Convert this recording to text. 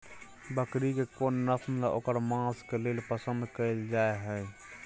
बकरी के कोन नस्ल ओकर मांस के लेल पसंद कैल जाय हय?